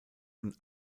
und